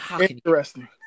interesting